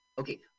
Okay